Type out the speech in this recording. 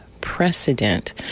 precedent